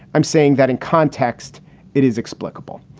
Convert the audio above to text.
i'm saying that in context it is explicable.